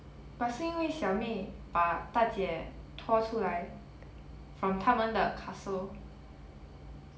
but 是因为小妹把大姐拖出来 from 他们的 castle